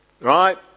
right